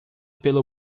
pelo